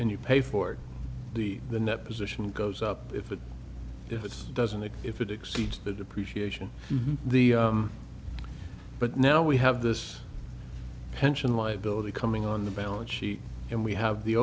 and you pay for the the net position goes up if it if it's doesn't it if it exceeds the depreciation but now we have this pension liability coming on the balance sheet and we have the